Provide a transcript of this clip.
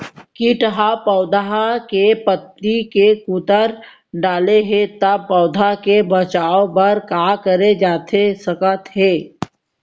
किट ह पौधा के पत्ती का कुतर डाले हे ता पौधा के बचाओ बर का करे जाथे सकत हे?